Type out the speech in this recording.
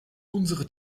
unsere